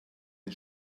den